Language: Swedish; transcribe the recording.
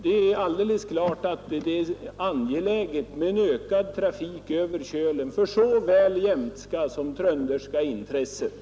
Det är självklart angeläget med en ökad trafik över Kölen för såväl jämtars som trönders intressen.